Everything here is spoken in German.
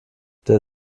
der